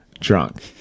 drunk